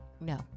No